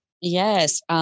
Yes